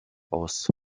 aus